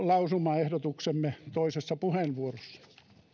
lausumaehdotuksemme toisessa puheenvuorossa